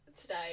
today